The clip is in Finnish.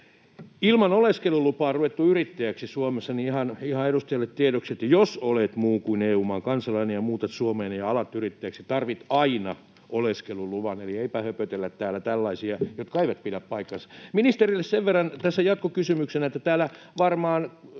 ilman oleskelulupaa ruvettu yrittäjäksi Suomessa: Ihan edustajille tiedoksi, että jos olet muun kuin EU-maan kansalainen ja muutat Suomeen ja alat yrittäjäksi, tarvitset aina oleskeluluvan. Eli eipä höpötellä täällä tällaisia, jotka eivät pidä paikkaansa. Ministerille sen verran tässä jatkokysymyksenä: Täällä varmaan